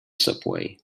subway